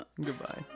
goodbye